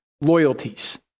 loyalties